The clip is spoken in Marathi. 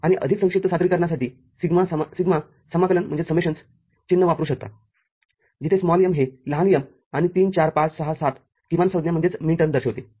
आणि अधिक संक्षिप्त सादरीकरणासाठी सिग्मा समाकलन चिन्ह वापरू शकता जिथे m हे लहान m आणि ३ ४ ५ ६७ किमानसंज्ञादर्शविते